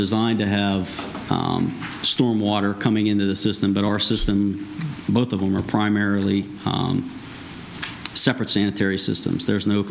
designed to have storm water coming into the system but our system both of them are primarily separate sanitary systems there's no